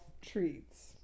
treats